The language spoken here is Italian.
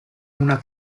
una